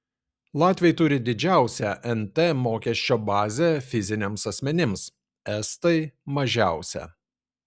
latviai turi didžiausią nt mokesčio bazę fiziniams asmenims estai mažiausią